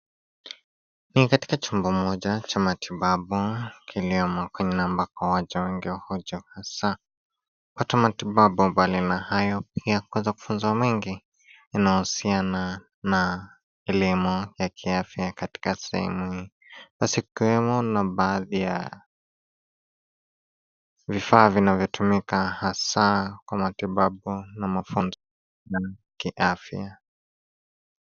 Ni katika chumba moja cha matibabu kiliomo kwenye na ambako waja wengi hujaa hasa kupata matibabu mbali na hayo pia kuweza kufunzwa mengi yanayohusiana na elimu ya kiafya katika sehemu. Basi ikiwemo na baadhi ya vifaa vinavyotumika hasa kwa matibabu na mafunzo ya kiafya.